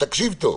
תקשיב טוב.